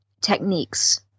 techniques